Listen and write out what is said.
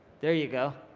there you go.